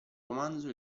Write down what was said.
romanzo